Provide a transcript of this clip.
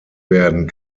werden